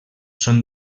són